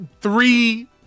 three